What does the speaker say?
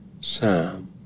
Sam